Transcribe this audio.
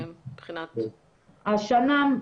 השנה,